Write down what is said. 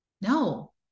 No